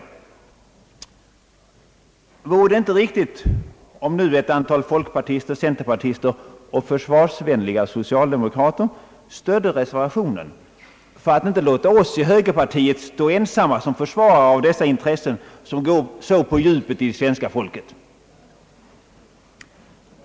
Vore det inte riktigt att nu ett antal folkpartister, centerpartister och försvarsvänliga socialdemokrater stödde reservationen för att inte låta oss i högerpartiet stå ensamma som försvarare av dessa intressen som går så på djupet hos det svenska folket.